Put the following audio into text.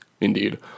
Indeed